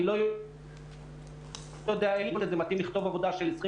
אני לא יודע האם להם מתאים לכתוב עבודה של 20